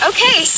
Okay